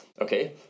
okay